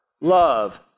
love